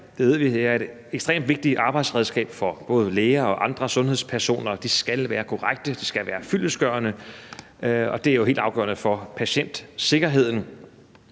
– er et ekstremt vigtigt arbejdsredskab for både læger og andre sundhedspersoner, og de skal være korrekte, og de skal være fyldestgørende, og det er jo helt afgørende for patientsikkerheden.